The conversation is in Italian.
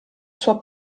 sua